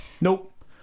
Nope